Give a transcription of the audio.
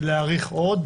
להאריך עוד,